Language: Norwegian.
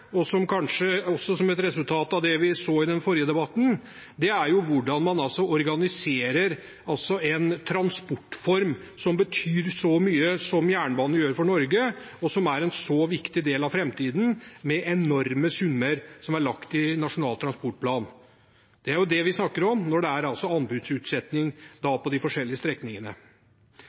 kanskje også som et resultat av det vi så i den forrige debatten, om hvordan man organiserer en transportform som betyr så mye som jernbanen gjør for Norge, og som er en så viktig del av framtiden med enorme summer i Nasjonal transportplan. Det er jo det vi snakker om når det er anbudsutsetting på de forskjellige strekningene.